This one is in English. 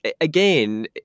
again